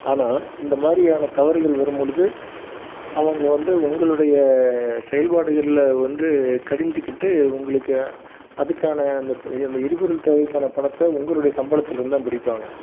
ஆனால் இந்த மாதிரியான தவறுகள் வரும்பொழுது அவங்க வந்து உங்களுடைய செயல்பாடுகளில் வந்து கடிஞ்சுக்கிட்டு உங்களுக்கு அதுக்கான அந்த அந்த எரிபொருள் தேவைக்கான பணத்தை உங்களுடைய சம்பளத்துலிருந்து தான் பிடிப்பாங்க